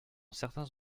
certains